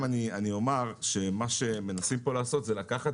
אני אומר שמה שמנסים כאן לעשות זה לקחת